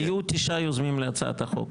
היו תשעה יוזמים להצעת החוק.